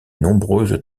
nombreuses